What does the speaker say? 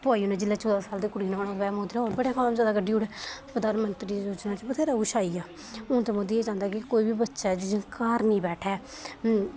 पोआई ओड़ने जिसलै चौदां साल दे कुड़ी ने होना मोदी ने होर जैदा फार्म कड्ढी ओड़े प्रधानमंत्री योजना च बथ्हेरा किश आई गेआ हून ते मोदी एह् चांह्दा कि कोई बी बच्चा ऐ घर निं बैठै